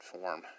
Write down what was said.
form